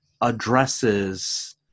addresses